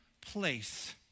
place